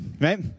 Right